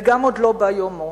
וגם עוד לא בא יומו.